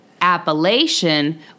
Appalachian